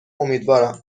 امیدوارم